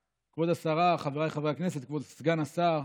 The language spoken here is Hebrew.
השרה, חבריי חברי הכנסת, כבוד סגן השר,